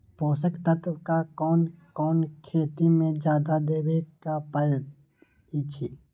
पोषक तत्व क कौन कौन खेती म जादा देवे क परईछी?